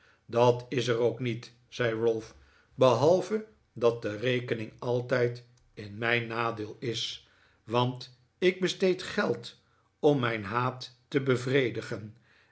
dat is er ook niet zei ralph behalve dat de rekening altijd in mijn nadeel is want ik besteed geld om mijn haat te bevredigen